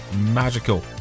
magical